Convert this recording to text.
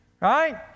right